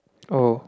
oh